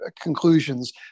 conclusions